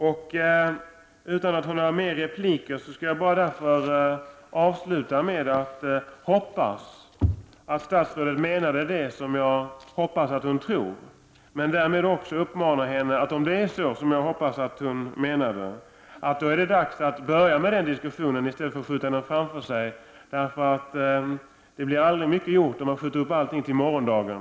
Jag har inte någon ytterligare repliktid. Jag vill därför avslutningsvis säga att det är min förhoppning att statsrådet menade det som jag tror. Jag uppmanar henne därmed också, om hon menade det som jag hoppas att hon menade, att starta diskussionen i stället för att skjuta den framför sig. Det blir inte mycket gjort om man skjuter upp allting till morgondagen.